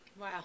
Wow